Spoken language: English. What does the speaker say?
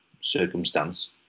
circumstance